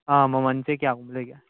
ꯑꯥ ꯃꯃꯜꯁꯦ ꯀꯌꯥꯃꯨꯛ ꯂꯩꯒꯦ